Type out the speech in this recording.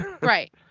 Right